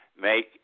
make